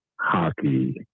hockey